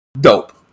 Dope